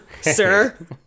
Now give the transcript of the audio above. sir